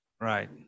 Right